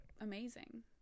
amazing